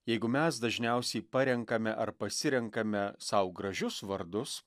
jeigu mes dažniausiai parenkame ar pasirenkame sau gražius vardus